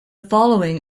following